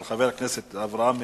של חבר הכנסת אברהם מיכאלי,